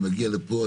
אני מגיע לפה,